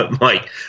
Mike